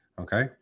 Okay